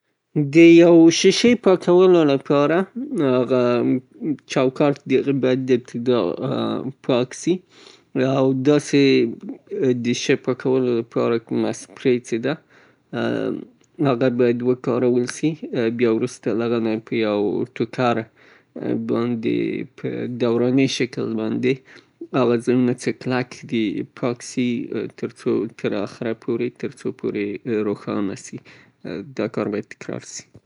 د شیشې د پاکولو د پاره به یا د په مساوي اندازه باندې سرکه په اوبو کې واچول سي او یا به مخلوط سي او وروسته د هغه نه باید یو ټوکر په واسطه باندې په زګ زاګ شکل باندې په مکمل شکل پاک سي او سفنچ په واسطه باندې، له ابتدا نه تر اخره پورې او بیا په منظمه شکل وچ سي.